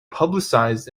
publicized